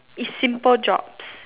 is simple jobs